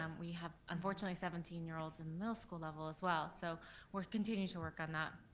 um we have, unfortunately, seventeen year olds in middle school level as well. so we're continuing to work on that.